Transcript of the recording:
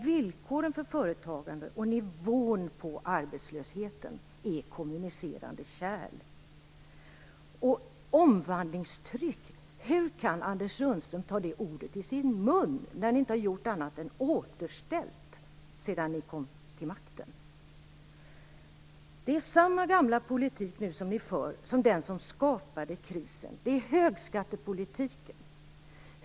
Villkoren för företagande och nivån på arbetslösheten är kommunicerande kärl. Och hur kan Anders Sundström ta ordet omvandlingstryck i sin mun, när ni inte har gjort annat än återställt sedan ni kom till makten? Den politik som ni för nu är samma gamla politik som skapade krisen. Det är en högskattepolitik.